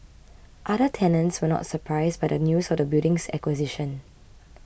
other tenants were not surprised by the news of the building's acquisition